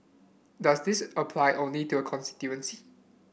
does this apply only to her constituency